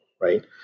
right